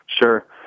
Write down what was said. Sure